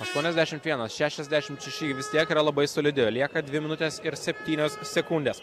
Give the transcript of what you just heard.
aštuoniasdešimt vienas šešiasdešimt šeši vis tiek yra labai solidi lieka dvi minutės ir septynios sekundės